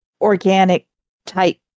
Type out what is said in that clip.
organic-type